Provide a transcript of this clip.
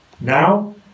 Now